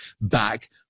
back